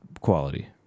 quality